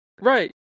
Right